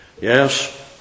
Yes